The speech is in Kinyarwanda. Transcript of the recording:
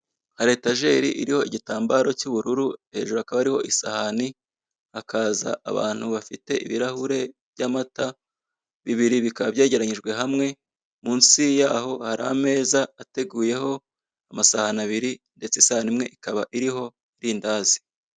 Hari etajeri iriho igitambaro cy'ubururu, hejuru hakaba hariho isahani, hakaza abantu bafite ibirahure by'amata bibiri bikaba byegeranyiyijwe hamwe, munsi yaho hari ameza ateguyeho amasahani abiri ndetse isahane imwe ikaba iriho irindazi.